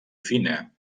fina